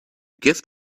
gift